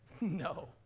No